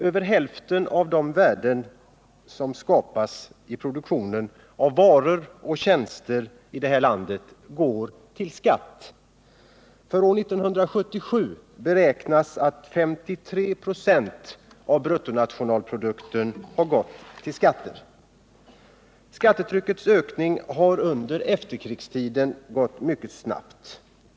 Över hälften av de värden som skapas i produktionen av varor och tjänster i det här landet går till skatt. För 1977 beräknas att 53 26 av bruttonationalprodukten har gått till skatter. Skattetryckets ökning har varit mycket snabb under efterkrigstiden.